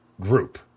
group